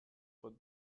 vor